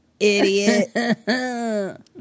Idiot